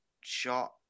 shot